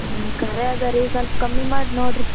ಹ್ಞೂ ಖರೆ ಅದ ರೀ ಸಲ್ಪ ಕಮ್ಮಿ ಮಾಡಿ ನೋಡ್ರಿ